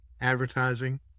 advertising